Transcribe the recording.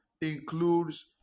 includes